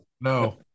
no